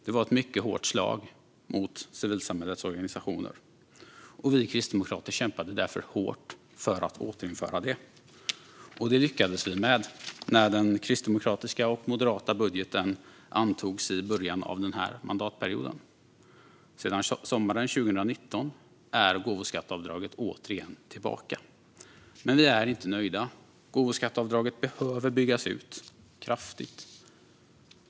Det var ett mycket hårt slag mot civilsamhällets organisationer, och vi kristdemokrater kämpade därför hårt för att återinföra det. Det lyckades vi med när den kristdemokratiska och moderata budgeten antogs i början av den här mandatperioden. Sedan sommaren 2019 är gåvoskatteavdraget återigen tillbaka. Men vi är inte nöjda. Gåvoskatteavdraget behöver byggas ut kraftigt.